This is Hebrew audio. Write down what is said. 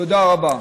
תודה רבה.